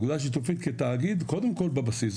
אגודה שיתופית כתאגיד קודם כל בבסיס,